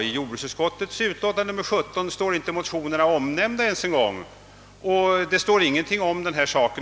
I jordbruksutskottets utlåtande nr 17 står emellertid motionerna inte ens omnämnda. Där sägs över huvud taget ingenting om denna sak.